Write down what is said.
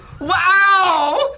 Wow